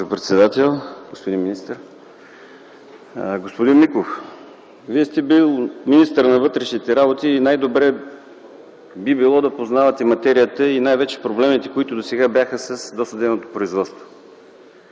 Господин Миков, Вие сте бил министър на вътрешните работи и най-добре би било да познавате материята и най-вече проблемите, които бяха досега с досъдебното производство